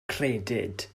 credyd